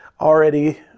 already